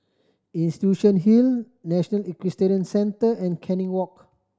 Institution Hill National Equestrian Centre and Canning Walk